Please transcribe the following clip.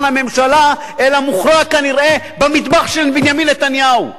הממשלה אלא מוכרע כנראה במטבח של בנימין נתניהו,